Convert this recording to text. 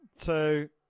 two